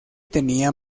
tenía